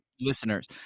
listeners